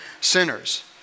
sinners